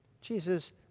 Jesus